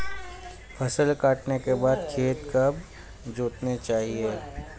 फसल काटने के बाद खेत कब जोतना चाहिये?